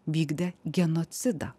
vykdė genocidą